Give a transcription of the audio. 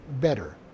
better